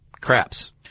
Craps